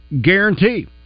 guarantee